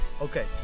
Okay